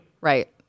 right